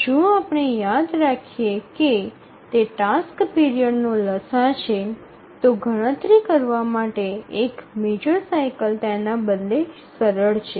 જો આપણે યાદ રાખીએ કે તે ટાસ્ક પીરિયડનો લસાઅ છે તો ગણતરી કરવા માટે એક મેજર સાઇકલ તેના બદલે સરળ છે